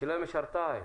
השאלה אם יש הרתעה היום,